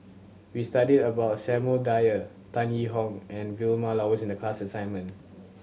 we studied about Samuel Dyer Tan Yee Hong and Vilma Laus in the class assignment